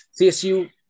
CSU